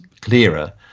clearer